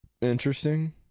Interesting